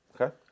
Okay